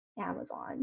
Amazon